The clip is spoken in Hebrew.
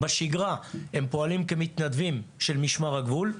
בשגרה הם פועלים כמתנדבים של משמר הגבול.